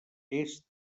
est